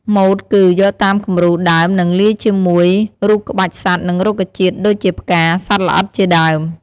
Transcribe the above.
ម៉ូតគឺ យកតាមគំរូដើមនិងលាយជាមួយ រូបក្បាច់សត្វនិងរុក្ខជាតិដូចជាផ្កា សត្វល្អិត ជាដើម។